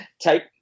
Take